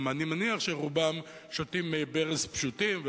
אני גם מניח שרובם שותים מי ברז פשוטים,